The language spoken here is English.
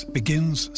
begins